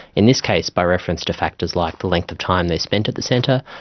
in this case by reference to factors like the length of time they spent at the centre,